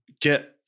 get